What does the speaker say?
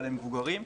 אבל למבוגרים,